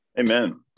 Amen